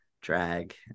drag